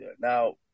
now